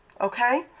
okay